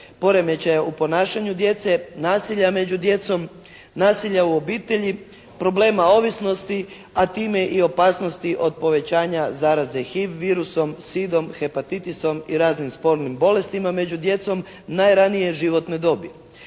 poremećaja u ponašanju djece, nasilja među djecom, nasilja u obitelji, problema ovisnosti a time i opasnosti od povećanja zaraze HIV virusom, sidom, hepatitisom i raznim spolnim bolestima među djecom najranije životne dobi.